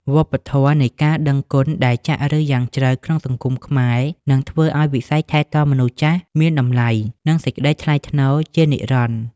វប្បធម៌នៃការដឹងគុណដែលចាក់ឫសយ៉ាងជ្រៅក្នុងសង្គមខ្មែរ នឹងធ្វើឱ្យវិស័យថែទាំមនុស្សចាស់មានតម្លៃ និងសេចក្តីថ្លៃថ្នូរជានិរន្តរ៍។